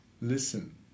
listen